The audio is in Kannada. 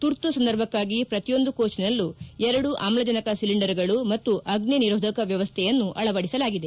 ತುರ್ತು ಸಂದರ್ಭಕ್ನಾಗಿ ಪ್ರತಿಯೊಂದು ಕೋಚ್ನಲ್ಲೂ ಎರಡು ಆಮ್ಲಜನಕ ಸಿಲಿಡಂಡರ್ಗಳು ಮತ್ತು ಅಗ್ನಿ ನಿರೋಧಕ ವ್ಲವಸ್ಥೆಯನ್ನು ಅಳವಡಿಸಲಾಗಿದೆ